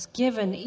given